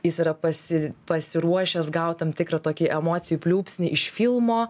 jis yra pasi pasiruošęs gaut tam tikrą tokį emocijų pliūpsnį iš filmo